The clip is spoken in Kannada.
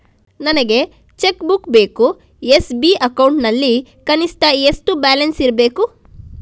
ನನಗೆ ಚೆಕ್ ಬುಕ್ ಬೇಕು ಎಸ್.ಬಿ ಅಕೌಂಟ್ ನಲ್ಲಿ ಕನಿಷ್ಠ ಎಷ್ಟು ಬ್ಯಾಲೆನ್ಸ್ ಇರಬೇಕು?